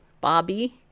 Bobby